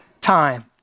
time